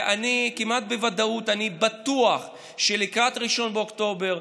ואני כמעט בוודאות בטוח שלקראת 1 באוקטובר,